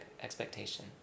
expectation